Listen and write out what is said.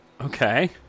Okay